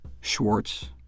Schwartz